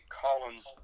Collins